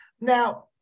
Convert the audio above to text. Now